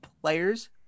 players